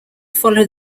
follow